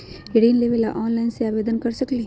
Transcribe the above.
ऋण लेवे ला ऑनलाइन से आवेदन कर सकली?